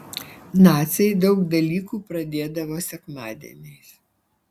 naciai daug dalykų pradėdavo sekmadieniais